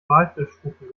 walfischkuchen